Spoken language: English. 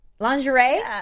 lingerie